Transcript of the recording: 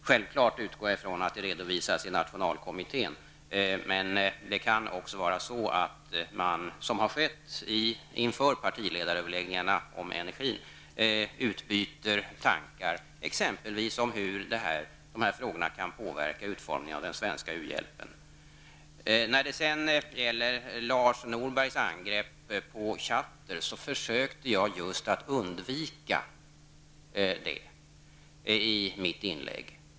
Självfallet utgår jag från att de redovisas i nationalkommittén, men det kan också bli så att man -- som har skett inför partiledaröverläggningarna om energin -- utbyter tankar i frågan om exempelvis de här sakerna kan påverka utformningen av den svenska u-hjälpen. Lars Norberg angrep oss för tjatter. Jag försökte i mitt inlägg undvika just det.